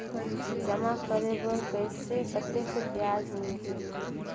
जमा करे बर कइसे कतेक ब्याज मिलही?